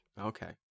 okay